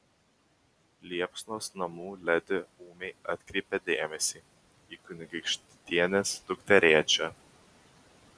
liepsnos namų ledi ūmiai atkreipia dėmesį į kunigaikštienės dukterėčią